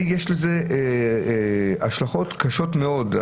יש לזה השלכות קשות מאוד.